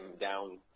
down